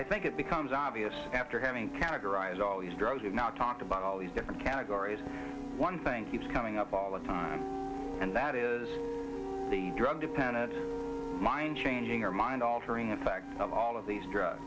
i think it becomes obvious after having categorized all these drugs we now talk about all these different categories one thing keeps coming up all the time and that is the drug dependence mind changing our mind altering effect of all of these drugs